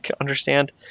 understand